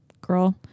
girl